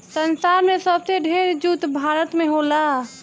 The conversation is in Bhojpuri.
संसार में सबसे ढेर जूट भारत में होला